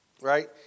Right